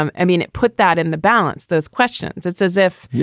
um i mean, it put that in the balance. those questions, it's as if, yeah